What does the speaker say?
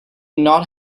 not